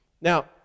Now